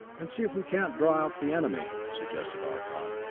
and see if we can't draw out the enemy, suggested arcot,